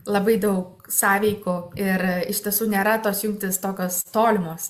labai daug sąveikų ir iš tiesų nėra tos jungtys tokios tolimos